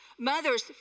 Mothers